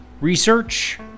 research